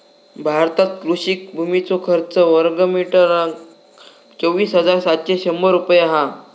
भारतात कृषि भुमीचो खर्च वर्गमीटरका चोवीस हजार सातशे शंभर रुपये हा